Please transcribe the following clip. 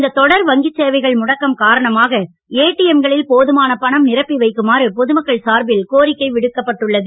இந்தத் தொடர் வங்கிச்சேவைகள் முடக்கம் காரணமாக ஏடிஎம் களில் போதுமான பணம் நிரப்பி வைக்குமாறு பொதுமக்கள் சார்பில் கோரிக்கை விடுக்கப்பட்டுள்ளது